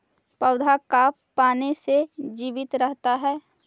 पौधा का पाने से जीवित रहता है?